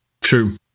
True